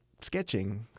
sketching